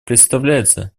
представляется